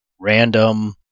random